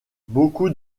beaucoup